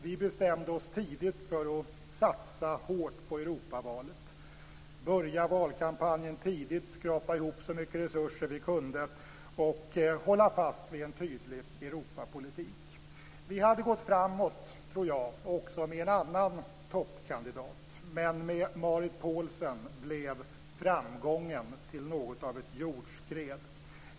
Vi bestämde oss tidigt för att satsa hårt på Europavalet - börja valkampanjen tidigt, skrapa ihop så mycket resurser vi kunde och hålla fast vid en tydlig Europapolitik. Jag tror att vi hade gått framåt även med en annan toppkandidat, men med Marit Paulsen blev framgången till något av ett jordskred.